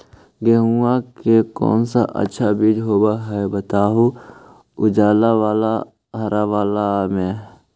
गेहूं के कौन सा अच्छा बीज होव है बताहू, उजला बाल हरलाल बाल में?